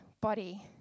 body